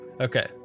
Okay